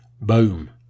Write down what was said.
boom